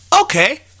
okay